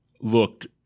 looked